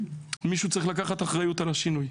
מישהו צריך לקחת אחריות על השינוי.